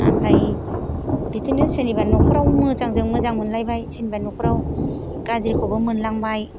ओमफ्राय बिदिनो सोरनिबा न'खराव मोजां मोजां मोनलायबाय सोरनिबा न'खराव गाज्रिखौबो मोनलांबाय